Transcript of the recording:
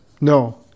No